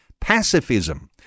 pacifism